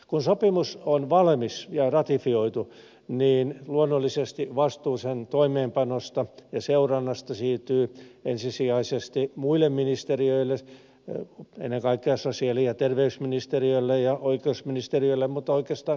kun sopimus on valmis ja ratifioitu niin luonnollisesti vastuu sen toimeenpanosta ja seurannasta siirtyy ensisijaisesti muille ministeriöille ennen kaikkea sosiaali ja terveysministeriölle ja oikeusministeriölle mutta oikeastaan kaikille